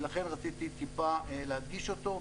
ולכן רציתי טיפה להדגיש אותו,